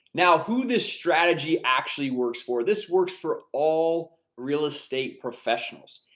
now, who this strategy actually works for. this works for all real estate professionals.